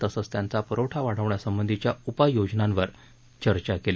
तसंच त्यांचा पुरवठा वाढवण्यासंबंधीच्या उपाययोजनांवर चर्चा केली